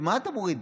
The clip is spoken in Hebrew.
ומה אתה מוריד?